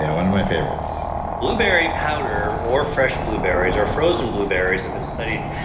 yeah one of my favorites blueberry powder or fresh blueberries or frozen blueberries have been studied.